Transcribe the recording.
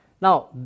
Now